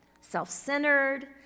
self-centered